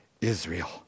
Israel